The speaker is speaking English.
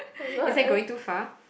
is that going too far